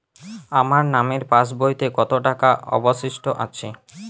আমার নামের পাসবইতে কত টাকা অবশিষ্ট আছে?